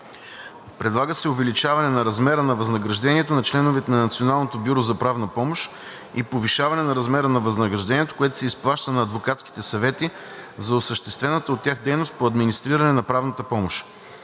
Предлага се увеличаване на размера на възнаграждението на членовете на Националното бюро за правна помощ и повишаване на размера на възнаграждението, което се изплаща на адвокатските съвети за осъществената от тях дейност по администриране на правната помощ.